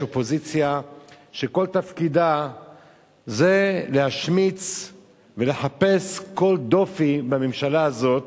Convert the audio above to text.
יש אופוזיציה שכל תפקידה להשמיץ ולחפש כל דופי בממשלה הזאת